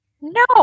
No